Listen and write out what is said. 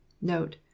Note